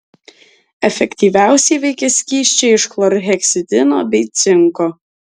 efektyviausiai veikia skysčiai iš chlorheksidino bei cinko